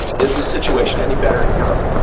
is the situation any better in europe?